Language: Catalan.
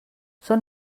són